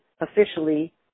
officially